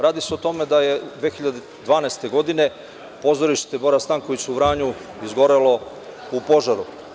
Radi se o tome da je 2012. godine pozorište „Bora Stanković“ u Vranju izgorelo u požaru.